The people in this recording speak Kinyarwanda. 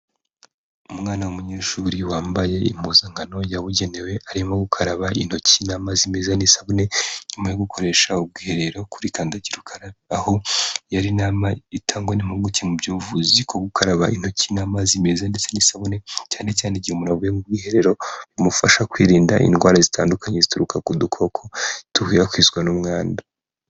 Umwana w'umuyeshuri wambaye impuzankano yabugenewe arimo gukaraba intoki n'amazi meza n'isabune nyuma yo gukoresha ubwiherero kuri kandagira rukara, aho yari itangwa n'impuguke mu by'ubuvuzi bwo gukaraba intoki n'amazi meza ndetse n'isabune cyane cyane igihe umuntu avuye mu bwiherero bimufasha kwirinda indwara zitandukanye zituruka ku dukoko dukwirakwizwa n'umwanda.